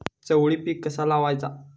चवळी पीक कसा लावचा?